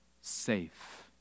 safe